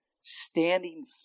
standing